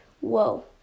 Whoa